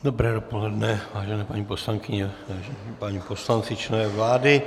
Dobré dopoledne, vážené paní poslankyně, vážení páni poslanci, členové vlády.